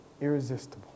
irresistible